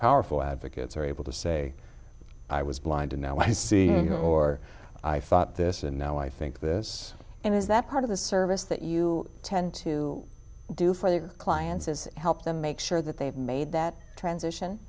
powerful advocates are able to say i was blind and now i see you know or i thought this and now i think this and is that part of the service that you tend to do for their clients is help them make sure that they've made that transition